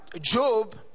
Job